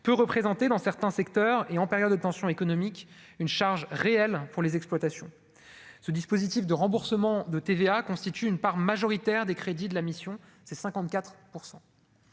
peu représenter dans certains secteurs et en période de tensions économiques une charge réelle pour les exploitations, ce dispositif de remboursement de TVA constituent une part majoritaire des crédits de la mission c'est